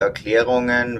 erklärungen